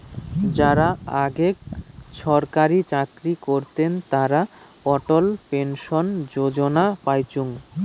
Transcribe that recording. যারা আগেক ছরকারি চাকরি করতেন তারা অটল পেনশন যোজনা পাইচুঙ